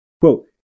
Quote